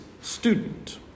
student